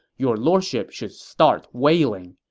your lordship should start wailing.